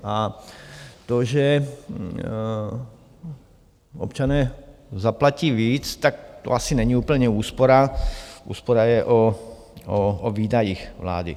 A to, že občané zaplatí víc, to asi není úplně úspora, úspora je o výdajích vlády.